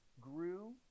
grew